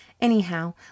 Anyhow